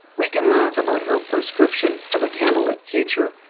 we can laugh about her prescription of a candlelit future.